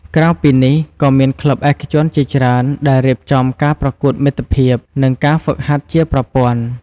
ក្រៅពីនេះ ក៏មានក្លឹបឯកជនជាច្រើនដែលរៀបចំការប្រកួតមិត្តភាព និងការហ្វឹកហាត់ជាប្រព័ន្ធ។